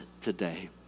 today